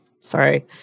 Sorry